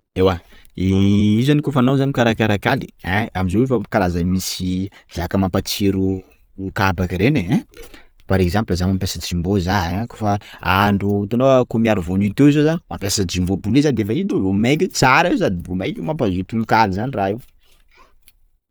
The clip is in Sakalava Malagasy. Ewa kôfa anao zany mikarakara kaly, amzao efa karazany misy zaka mampatsiro kabaka reny e! ein! par exemple za mampiasa jumbo za haiko fa, hahandro itanao akoho miaro voanio teo zao za mampiasa jumbo poulet defa e to vô mainka io tsara io, sady vô mainka mampazoto mikaly zany raha io.